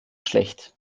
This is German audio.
schlecht